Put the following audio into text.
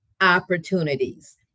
opportunities